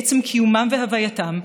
מעצם קיומם והווייתם,